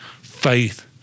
faith